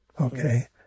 okay